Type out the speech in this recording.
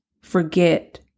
forget